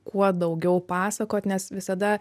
kuo daugiau pasakot nes visada